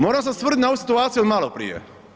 Moram se osvrnuti na ovu situaciju od maloprije.